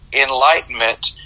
enlightenment